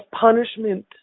punishment